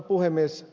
puhemies